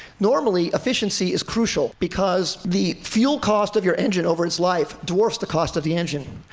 normally, efficiency is crucial because the fuel cost of your engine over its life dwarfs the cost of the engine.